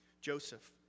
Joseph